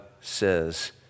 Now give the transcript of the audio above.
says